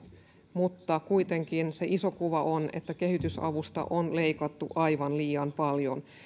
mutta kuitenkin se iso kuva on että kehitysavusta on leikattu aivan liian paljon